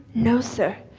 no sir,